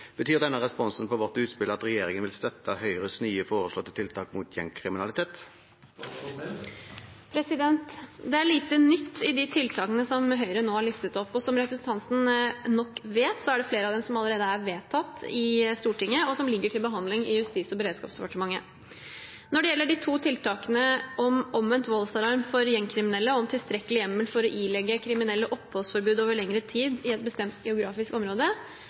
Betyr denne responsen på vårt utspill at Regjeringen vil støtte Høyres nye foreslåtte tiltak mot gjengkriminalitet?» Det er lite nytt i de tiltakene Høyre nå har listet opp. Som representanten nok vet, er flere av dem allerede vedtatt i Stortinget og ligger til behandling i Justis- og beredskapsdepartementet. Når det gjelder de to tiltakene om omvendt voldsalarm for gjengkriminelle og om tilstrekkelig hjemmel for å ilegge kriminelle oppholdsforbud over lengre tid i et bestemt geografisk område,